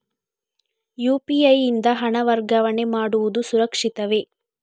UPI ಯಿಂದ ಹಣ ವರ್ಗಾವಣೆ ಮಾಡುವುದು ಸುರಕ್ಷಿತವೇ?